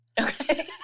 okay